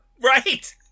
Right